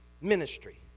ministry